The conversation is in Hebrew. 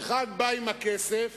אחד בא עם הכסף